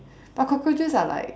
but cockroaches are like